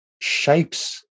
shapes